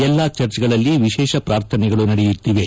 ಎಲ್ಲಾ ಚರ್ಚ್ಗಳಲ್ಲಿ ವಿಶೇಷ ಪ್ರಾರ್ಥನೆಗಳು ನಡೆಯುತ್ತಿವೆ